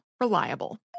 Reliable